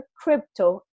crypto